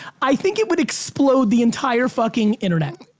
i think it would explode the entire fucking internet.